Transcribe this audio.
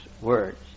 words